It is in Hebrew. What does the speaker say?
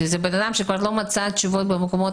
כי זה בן אדם שלא מצא תשובות במקומות